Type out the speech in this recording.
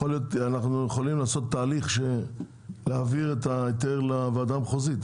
אנחנו יכולים לעשות תהליך ולהעביר את ההיתר לוועדה המחוזית.